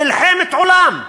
מלחמת עולם.